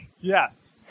Yes